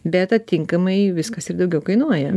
bet atitinkamai viskas ir daugiau kainuoja